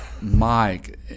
Mike